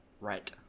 Right